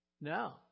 No